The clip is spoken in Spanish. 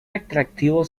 atractivo